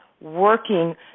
working